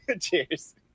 Cheers